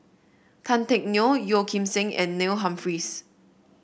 Tan Teck Neo Yeo Kim Seng and Neil Humphreys